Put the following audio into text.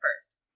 first